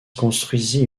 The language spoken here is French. construisit